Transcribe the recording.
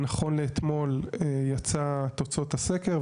נכון לאתמול יצא תוצאות הסקר,